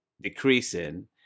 decreasing